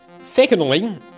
Secondly